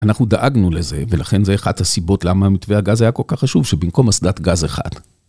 אנחנו דאגנו לזה, ולכן זו אחת הסיבות למה מתווה הגז היה כל כך חשוב שבמקום אסדת גז אחת.